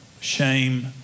shame